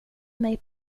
mig